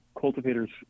cultivator's